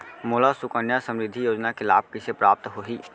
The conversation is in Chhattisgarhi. मोला सुकन्या समृद्धि योजना के लाभ कइसे प्राप्त होही?